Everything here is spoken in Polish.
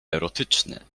erotyczne